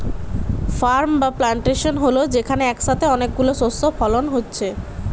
farm বা plantation হল যেখানে একসাথে অনেক গুলো শস্য ফলন হচ্ছে